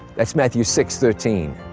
that's matthew six thirteen.